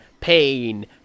pain